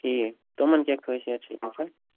ٹھیٖک تِمَن کیٛاہ خٲصیت چھِ آسان